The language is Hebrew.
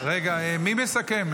שאני אסכם?